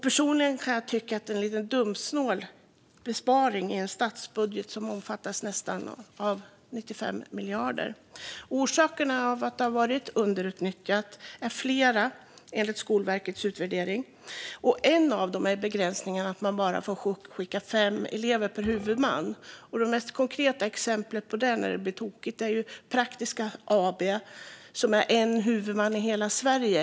Personligen kan jag tycka att detta är en lite dumsnål besparing i en statsbudget som omfattar nästan 95 miljarder. Orsakerna till att det här har varit underutnyttjat är flera, enligt Skolverkets utvärdering. En av dem är begränsningen att man bara får skicka fem elever per huvudman. Det mest konkreta exemplet på hur tokigt det kan bli är Praktiska Sverige AB, som är en huvudman i hela Sverige.